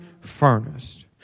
furnace